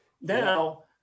Now